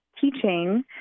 teaching